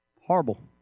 Horrible